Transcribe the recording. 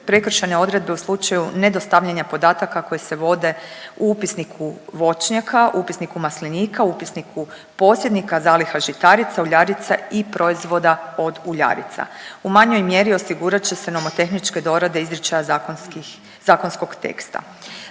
prekršajne odredbe u slučaju nedostavljanja podataka koji se vode u upisniku voćnjaka, upisniku maslinika, upisniku posjednika zaliha žitarica, uljarica i proizvoda od uljarica. U manjoj mjeri osigurat će se nomotehničke dorade izričaja zakonskog teksta.